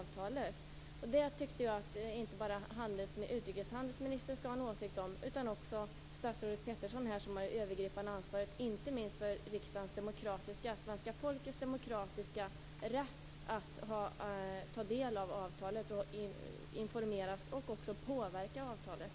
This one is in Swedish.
Jag tyckte att inte bara utrikeshandelsministern skulle ha en åsikt om detta utan också statsrådet Peterson som har det övergripande ansvaret, inte minst för svenska folkets demokratiska rätt att ta del av avtalet, informeras om det och också påverka det.